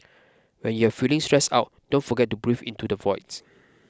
when you are feeling stressed out don't forget to breathe into the void